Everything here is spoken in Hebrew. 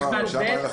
נכון.